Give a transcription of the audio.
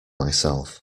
myself